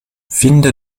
finde